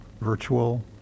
virtual